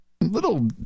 little